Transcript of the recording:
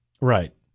Right